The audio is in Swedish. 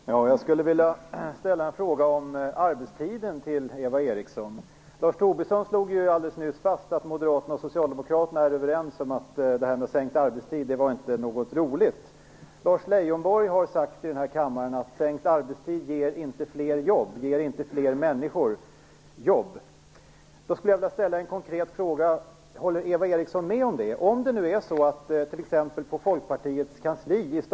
Fru talman! Jag skulle vilja ställa en fråga om arbetstiden till Eva Eriksson. Lars Tobisson slog ju nyss fast att moderaterna och socialdemokraterna är överens om att sänkt arbetstid inte är något roligt. Lars Leijonborg har sagt här i kammaren att sänkt arbetstid inte ger fler människor jobb. Jag skulle då vilja ställa en konkret fråga: Håller Eva Eriksson med om det? Om man sänker arbetstiden för dem som jobbar på t.ex.